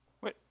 Wait